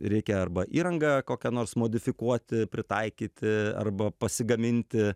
reikia arba įrangą kokią nors modifikuoti pritaikyti arba pasigaminti